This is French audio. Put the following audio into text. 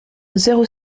zéro